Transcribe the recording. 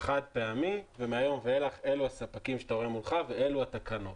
חד פעמי ומהיום ואילך אלו הספקים שאתה רואה מולך ואלה התקנות.